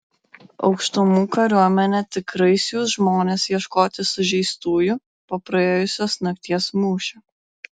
aukštumų kariuomenė tikrai siųs žmones ieškoti sužeistųjų po praėjusios nakties mūšio